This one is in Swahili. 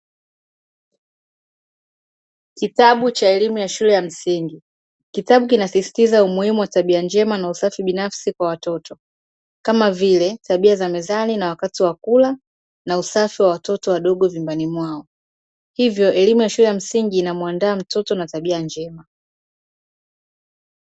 Kitabu cha elimu ya shule ya msingi. Kitabu kinasisitiza umuhimu wa tabia njema na usafi binafsi kwa watoto, kama vile tabia za mezani na wakati wa kula na usafi wa watoto wadogo vyumbani mwao, hivyo elimu ya shule ya msingi inamuandaa mtoto na tabia njema.